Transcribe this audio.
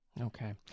Okay